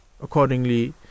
accordingly